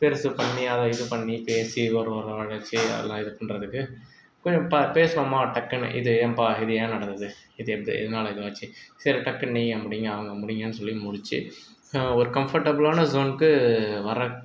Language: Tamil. பெருசு பண்ணி அதை இது பண்ணி பேசி ஒரு ஒரு ஆள் வெச்சு எல்லா இது பண்றதுக்கு கொஞ்சம் ப பேசினோமா டக்குனு இது ஏன்பா இது ஏன் நடந்தது இது எப்து எதனால இது ஆச்சு சரி டக்குனு நீங்கள் முடிங்க அவங்க முடிங்கனு சொல்லி முடிச்சு ஒரு கம்ஃபர்ட்டபுளான ஸோனுக்கு வர